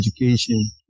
education